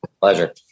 Pleasure